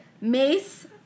Mace